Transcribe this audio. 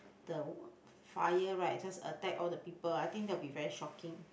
the w~ fire right just attack all the people I think that would be very shocking